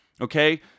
okay